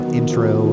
intro